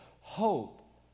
hope